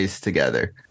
together